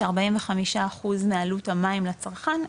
ש- 45% מעלות המים לצרכן,